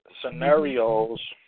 scenarios